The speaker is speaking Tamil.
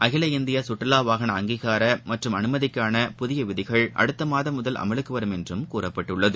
அகில இந்தியகற்றுலாவாகன அங்கீகாரமற்றும் அனுமதிக்கான புதியவிதிகள் அடுத்தமாதம் முதல் அமலுக்குவரும் என்றும் கூறப்பட்டுள்ளது